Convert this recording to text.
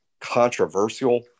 controversial